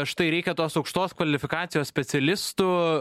štai reikia tos aukštos kvalifikacijos specialistų